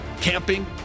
camping